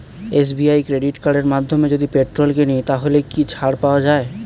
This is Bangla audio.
এস.বি.আই ক্রেডিট কার্ডের মাধ্যমে যদি পেট্রোল কিনি তাহলে কি ছাড় পাওয়া যায়?